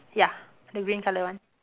ya the green colour one